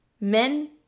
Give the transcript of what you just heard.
men